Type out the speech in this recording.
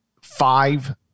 five